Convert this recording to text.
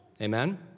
Amen